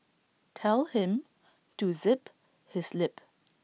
tell him to zip his lip